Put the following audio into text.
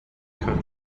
grad